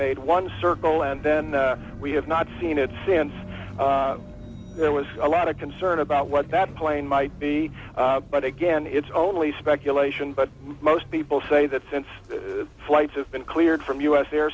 made one circle and then we have not seen it since there was a lot of concern about what that plane might be but again it's only speculation but most people say that since the flight has been cleared from u s air